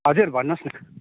हजुर भन्नुहोस् न